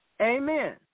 Amen